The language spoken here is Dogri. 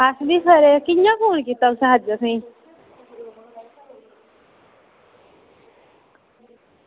अस बी खरे कियां फोन कीता अज्ज तुसें असें ई